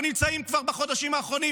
בחודשים האחרונים